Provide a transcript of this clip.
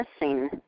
missing